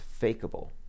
fakeable